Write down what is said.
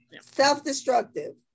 Self-destructive